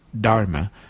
Dharma